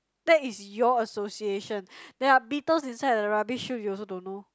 that is your association there are beetles inside the rubbish chute you also don't know